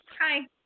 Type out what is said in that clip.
Hi